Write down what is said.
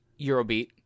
Eurobeat